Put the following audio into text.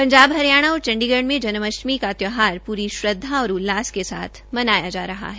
पंजाब हरियाणा और चंडीगढ़ में जन्माष्टमी का त्यौहार पूरी श्रद्वा और उल्लास के साथ मनाया जा रहा है